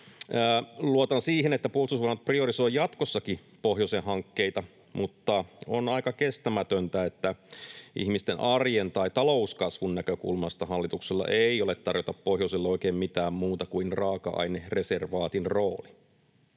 Luotan siihen, että Puolustusvoimat priorisoi jatkossakin pohjoisen hankkeita, mutta on aika kestämätöntä, että ihmisten arjen tai talouskasvun näkökulmasta hallituksella ei ole tarjota pohjoiselle oikein mitään muuta kuin raaka-ainereservaatin rooli.